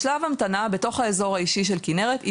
בשלב המתנה בתוך האזור האישי של כנרת היא